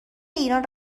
ایران